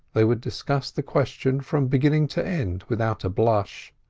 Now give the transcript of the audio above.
they would discuss the question from beginning to end without a blush,